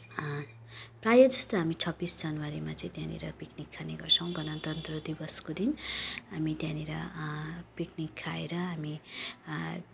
प्रायः जस्तो हामी छब्बिस जनवरीमा चाहिँ त्यहाँनिर पिक्निक खानेगर्छौँ गणतन्त्र दिवसको दिन हामी त्यहाँनिर पिक्निक खाएर हामी